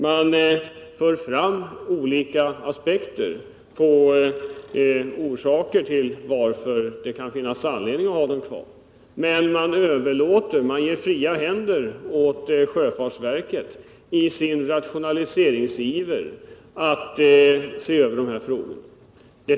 Man för fram olika aspekter på frågan om fyrplatserna skall få vara kvar, och man ger fria händer åt sjöfartsverket att i dess rationaliseringsiver se över frågorna.